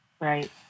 Right